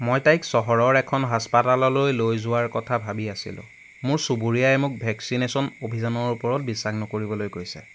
মই তাইক চহৰৰ এখন হাস্পতাললৈ লৈ যোৱাৰ কথা ভাবি আছিলোঁ মোৰ চুবুৰীয়াই মোক ভেকছিনেশ্যন অভিযানৰ ওপৰত বিশ্বাস নকৰিবলৈ কৈছে